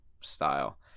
style